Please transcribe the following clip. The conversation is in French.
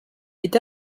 est